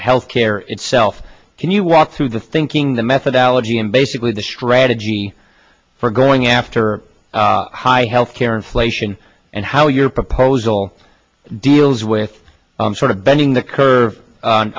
health care itself can you walk through the thinking the methodology and basically the strategy for going after high health care inflation and how your proposal deals with sort of bending the curve on